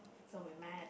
so we met